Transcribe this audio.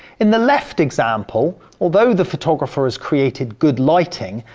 in the left example although the photographer has created good lighting,